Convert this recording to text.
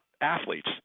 athletes